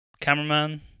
cameraman